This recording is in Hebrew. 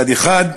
מצד אחד,